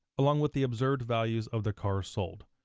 along with the observed values of the cars sold.